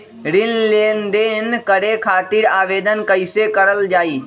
ऋण लेनदेन करे खातीर आवेदन कइसे करल जाई?